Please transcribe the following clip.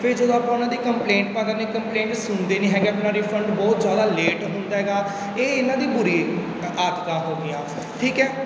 ਫੇਰ ਜਦੋਂ ਆਪਾਂ ਉਨ੍ਹਾਂ ਫੀ ਕੰਪਲੇਂਟ ਪਾ ਦਿੰਦੇ ਕੰਪਲੇਨ ਸੁਣਦੇ ਨਹੀਂ ਹੈਗੇ ਆਪਣਾ ਰਿਫੰਡ ਬਹੁਤ ਜ਼ਿਆਦਾ ਲੇਟ ਹੁੰਦਾ ਗਾ ਇਹ ਇਨ੍ਹਾਂ ਦੀ ਬੁਰੀ ਆਦਤਾਂ ਹੋਗੀਆਂ ਠੀਕ ਹੈ